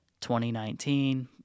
2019